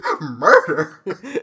Murder